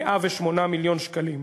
108 מיליון שקלים.